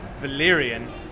Valyrian